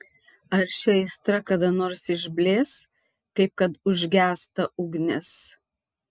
ar ši aistra kada nors išblės kaip kad užgęsta ugnis